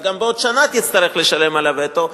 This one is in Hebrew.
אז גם בעוד שנה תצטרך לשלם על הווטו.